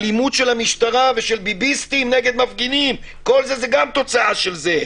האלימות של המשטרה ושל ביביסטים נגד מפגינים כל אלה גם תוצאה של זה.